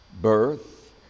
Birth